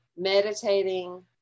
meditating